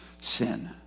sin